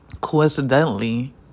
coincidentally